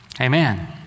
amen